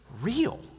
real